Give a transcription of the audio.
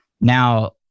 Now